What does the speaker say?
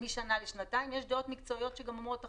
משנה לשנתיים, יש דעות מקצועיות שגם אומרות אחרת,